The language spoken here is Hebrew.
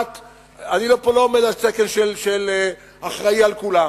אני כאן לא עומד על תקן של אחראי לכולם,